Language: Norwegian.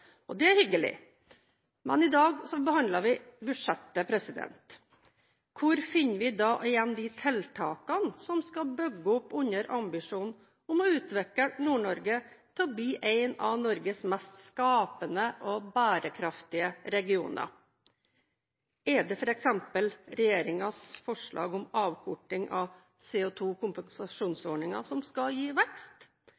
gjort. Det er hyggelig. Men i dag behandler vi budsjettet. Hvor finner vi igjen de tiltakene som skal bygge opp under ambisjonen om å utvikle Nord-Norge til å bli en av Norges mest skapende og bærekraftige regioner? Er det f.eks. regjeringens forslag om avkortning av